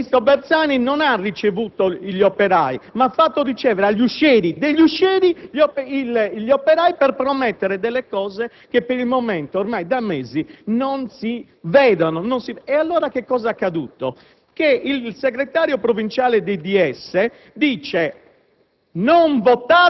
verrà risolta dal ministro Bersani, dopo che il ministro Bersani non ha ricevuto gli operai ma li ha fatti ricevere dagli uscieri degli uscieri, per promettere soluzioni che per il momento, ormai da mesi, non si vedono. E allora che cosa è accaduto?